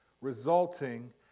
resulting